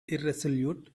irresolute